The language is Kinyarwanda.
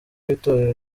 w’itorero